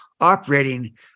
operating